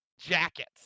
jackets